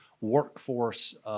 workforce